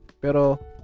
Pero